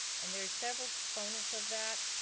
and there are several components of that.